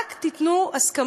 רק תיתנו הסכמה,